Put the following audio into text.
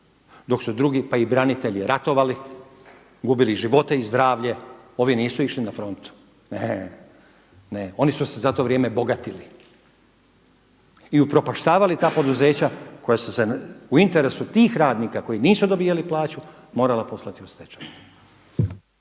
dok su drugi, pa i branitelji ratovali, gubili živote i zdravlje, ovi nisu išli na frontu, ne, ne, oni su se za to vrijeme bogatili i upropaštavali ta poduzeća koja su u interesu tih radnika koji nisu dobivali plaću morala poslati u stečaj.